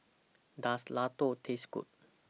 Does Ladoo Taste Good